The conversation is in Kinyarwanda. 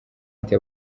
ati